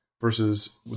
versus